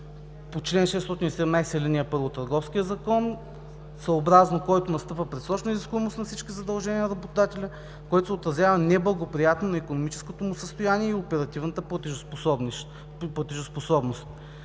по чл. 617, ал. 1 от Търговския закон, съобразно който настъпва предсрочна изискуемост на всички задължения на работодателя, което се отразява неблагоприятно на икономическото му състояние и оперативната платежоспособност